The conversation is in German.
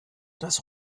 das